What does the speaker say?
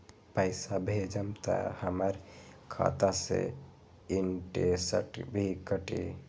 पैसा भेजम त हमर खाता से इनटेशट भी कटी?